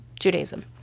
judaism